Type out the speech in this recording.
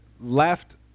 left